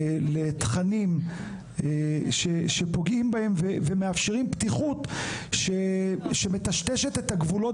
לתכנים שפוגעים בהם ומאפשרים פתיחות שמטשטשת את הגבולות,